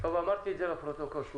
אמרתי את זה לפרוטוקול,